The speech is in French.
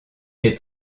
est